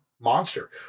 monster